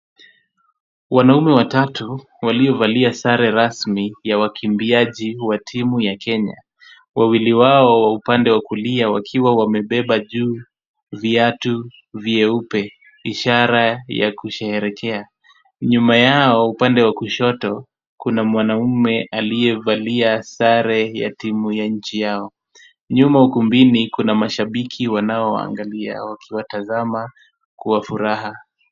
Wanaume watatu waliovalia sare rasmi ya wakimbiaji wa timu ya Kenya, wawili wao upande wa kulia wakiwa wamebeba juu viatu vyeupe ishara ya kusheherekea. Nyuma yao upande wa kushoto kuna mwanamume aliyevalia sare ya timu ya nchi yao. Nyuma ukumbini kuna mashabiki wanao waangalia wakiwa tazama kwa furaha.